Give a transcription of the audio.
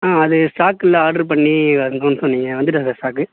ஆ அது ஸ்டாக்கு இல்லை ஆட்ரு பண்ணி வரணுன்னு சொன்னீங்க வந்துவிட்டாத சார் ஸ்ட்டாக்கு